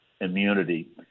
immunity